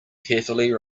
carefully